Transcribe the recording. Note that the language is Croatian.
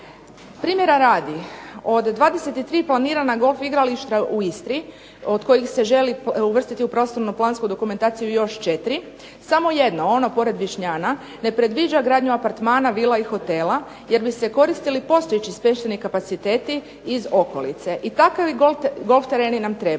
Primjera radi, od 23 planirana golf igrališta u Istri od kojih se želi uvrstiti u prostorno-plansku dokumentaciju još 4, samo jedno, ono pored Višnjana ne predviđa gradnju apartmana, vila i hotela jer bi se koristili postojeći smještajni kapaciteti iz okolice. I takvi golf tereni nam trebaju,